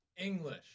English